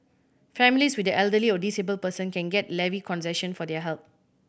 families with an elderly or disabled person can get a levy concession for their help